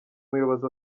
muyobozi